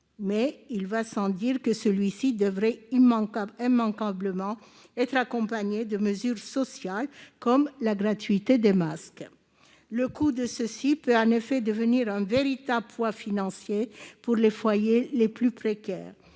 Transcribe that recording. mais il va sans dire que celui-ci devrait immanquablement être accompagné de mesures sociales, comme la gratuité des masques. Le coût de ces derniers peut en effet devenir un véritable poids financier pour les foyers les plus précaires.